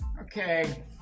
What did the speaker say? okay